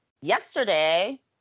yesterday